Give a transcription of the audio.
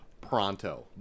Pronto